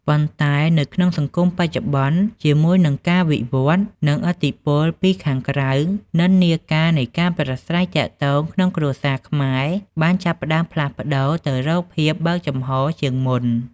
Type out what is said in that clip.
ប៉ុន្តែនៅក្នុងសង្គមបច្ចុប្បន្ន ជាមួយនឹងការវិវឌ្ឍន៍ និងឥទ្ធិពលពីខាងក្រៅ និន្នាការនៃការប្រាស្រ័យទាក់ទងក្នុងគ្រួសារខ្មែរបានចាប់ផ្ដើមផ្លាស់ប្តូរទៅរកភាព បើកចំហរ ជាងមុន។